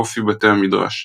אופי בתי המדרש.